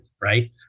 right